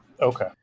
Okay